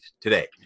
today